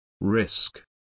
Risk